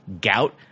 gout